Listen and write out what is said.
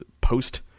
post-